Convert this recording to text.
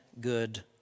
good